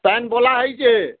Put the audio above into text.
ପାଏନ୍ ବଲା ହେଇଛେ